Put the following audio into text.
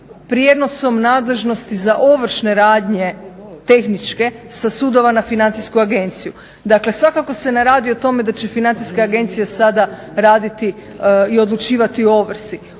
prijenosom nadležnosti za ovršne radnje tehničke sa sudova na Financijsku agenciju. Dakle svakako se ne radi o tome da će Financijska agencija sada raditi i odlučivati o ovrsi,